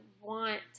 want